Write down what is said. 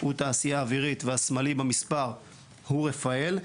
הוא התעשייה האווירית והשמאלי במספר הוא רפאל.